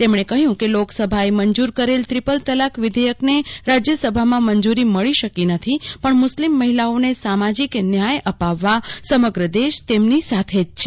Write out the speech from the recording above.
તેમણે કહ્યું કે લોકસભાએ મંજૂર કરેલ ત્રીપલ તલાક વિધેયકને રાજ્યસભામાં મંજૂરી મળી શકે નથી પણ મુસ્લીમ મહિલાઓને સામાજિક ન્યાય અપાવવા સમગ્ર દેશ તેમની સાથે જ છે